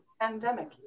pandemic